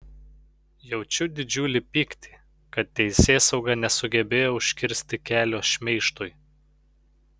jaučiu didžiulį pyktį kad teisėsauga nesugebėjo užkirsti kelio šmeižtui